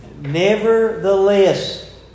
Nevertheless